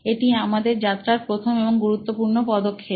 এটি আমাদের যাত্রার প্রথম এবং গুরুত্বপূর্ণ পদক্ষেপ